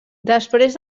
després